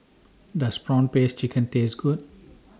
Does Prawn Paste Chicken Taste Good